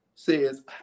says